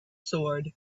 sword